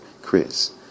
Chris